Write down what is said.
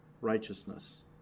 righteousness